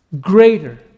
greater